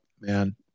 man